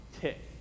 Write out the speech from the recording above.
tick